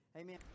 Amen